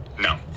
No